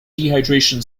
dehydration